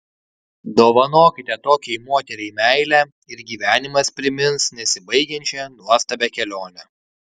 dovanokite tokiai moteriai meilę ir gyvenimas primins nesibaigiančią nuostabią kelionę